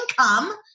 income